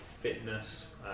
fitness